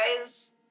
guys